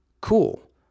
Cool